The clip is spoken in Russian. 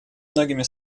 многими